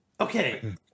Okay